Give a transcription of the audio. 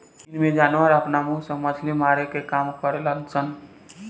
एइमें जानवर आपना मुंह से मछली मारे के काम करेल सन